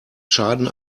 schaden